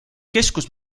keskus